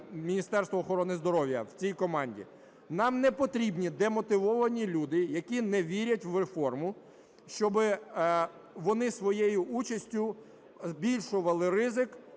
Міністерства охорони здоров'я в цій команді. Нам не потрібні демотивовані люди, які не вірять в реформу, щоби вони своєю участю збільшували ризик